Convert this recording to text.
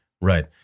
right